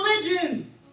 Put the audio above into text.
religion